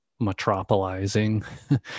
metropolizing